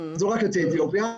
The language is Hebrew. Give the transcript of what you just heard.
זה לא רק ליוצאי אתיופיה,